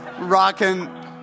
rocking